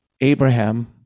Abraham